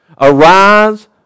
Arise